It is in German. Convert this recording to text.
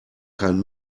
kein